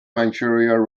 manchuria